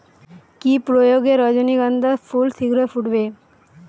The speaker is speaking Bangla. কি প্রয়োগে রজনীগন্ধা ফুল শিঘ্র ফুটবে?